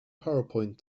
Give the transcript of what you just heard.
powerpoint